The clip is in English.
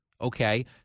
okay